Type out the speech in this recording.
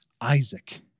Isaac